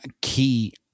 key